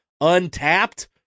Untapped